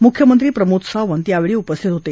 मुख्यमंत्री प्रमोद सावंत यावेळी उपस्थित होते